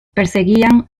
perseguían